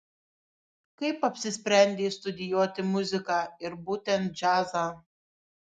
kaip apsisprendei studijuoti muziką ir būtent džiazą